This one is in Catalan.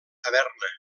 taverna